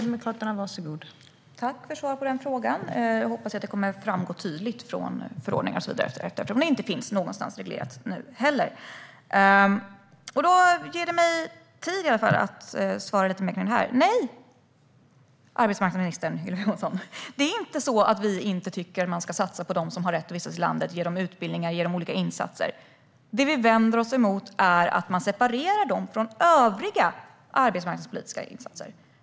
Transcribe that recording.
Fru talman! Jag tackar för svaret på frågan. Jag hoppas att detta kommer att framgå tydligt i förordningar och så vidare, eftersom det inte finns reglerat någonstans nu heller. Nej, arbetsmarknadsminister Ylva Johansson, vi tycker inte att man inte ska satsa på dem som har rätt att vistas i landet genom att ge dem utbildning och göra olika insatser för dem. Det vi vänder oss emot är att man separerar dessa satsningar från övriga arbetsmarknadspolitiska insatser.